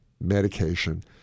medication